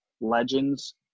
Legends